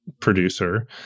producer